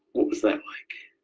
what was that like?